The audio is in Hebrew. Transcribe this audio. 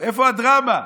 איפה הדרמה?